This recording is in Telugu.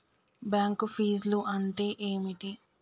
బ్యాంక్ ఫీజ్లు అంటే ఏమిటి?